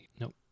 nope